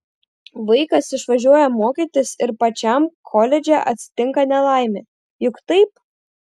vaikas išvažiuoja mokytis ir pačiam koledže atsitinka nelaimė juk taip